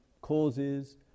causes